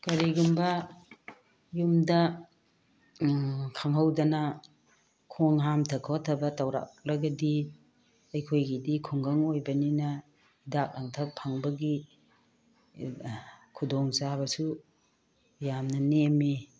ꯀꯔꯤꯒꯨꯝꯕ ꯌꯨꯝꯗ ꯈꯪꯍꯧꯗꯅ ꯈꯣꯡ ꯍꯥꯝꯊ ꯈꯣꯠꯊꯕ ꯇꯧꯔꯛꯂꯒꯗꯤ ꯑꯩꯈꯣꯏꯒꯤꯗꯤ ꯈꯨꯡꯒꯪ ꯑꯣꯏꯕꯅꯤꯅ ꯍꯤꯗꯥꯛ ꯂꯥꯡꯊꯛ ꯐꯪꯕꯒꯤ ꯈꯨꯗꯣꯡ ꯆꯥꯕꯁꯨ ꯌꯥꯝꯅ ꯅꯦꯝꯃꯤ